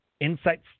Insights